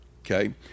okay